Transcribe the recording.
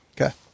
Okay